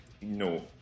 No